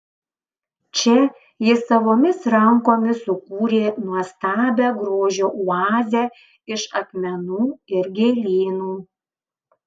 čia ji savomis rankomis sukūrė nuostabią grožio oazę iš akmenų ir gėlynų